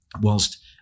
whilst